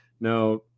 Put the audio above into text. Now